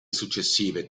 successive